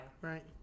Right